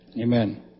Amen